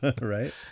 Right